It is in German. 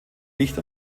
licht